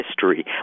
history